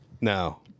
No